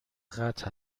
قطع